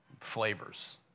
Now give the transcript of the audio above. flavors